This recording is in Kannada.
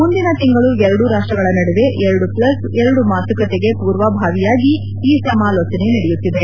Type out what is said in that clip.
ಮುಂದಿನ ತಿಂಗಳು ಎರಡೂ ರಾಷ್ಟ್ರಗಳ ನಡುವೆ ಎರಡು ಪ್ಲಸ್ ಎರಡು ಮಾತುಕತೆಗೆ ಪೂರ್ವಭಾವಿಯಾಗಿ ಈ ಸಮಾಲೋಚನೆ ನಡೆಯುತ್ತಿದೆ